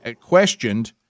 questioned